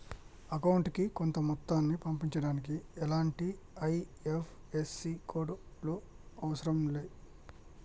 అకౌంటుకి కొంత మొత్తాన్ని పంపించడానికి ఎలాంటి ఐ.ఎఫ్.ఎస్.సి కోడ్ లు అవసరం లే